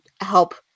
help